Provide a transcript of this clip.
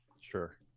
Sure